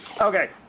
Okay